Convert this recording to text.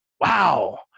Wow